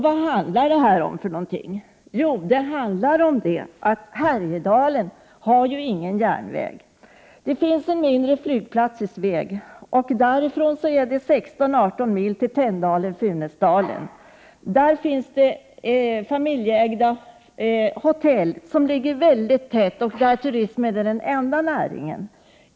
Vad handlar då det här om för någonting? Jo, om att Härjedalen inte har någon järnväg. Det finns en mindre flygplats i Sveg, och därifrån är det 16-18 mil till Tänndalen-Funäsdalen. Där finns familjeägda hotell som ligger mycket tätt, och turismen är där den enda näringen.